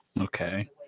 Okay